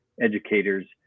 educators